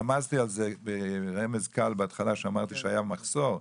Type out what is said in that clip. רמזתי על זה ברמז קל בהתחלה, כשאמרתי שהיה מחסור.